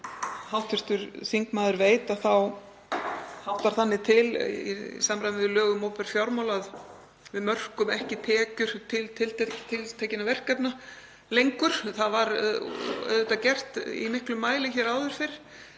og hv. þingmaður veit þá háttar þannig til, í samræmi við lög um opinber fjármál, að við mörkum ekki tekjur til tiltekinna verkefna lengur. Það var auðvitað gert í miklum mæli hér áður fyrr.